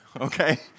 okay